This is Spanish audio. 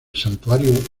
santuario